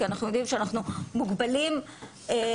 כי אנחנו יודעים שאנחנו מוגבלים במספר